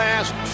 Last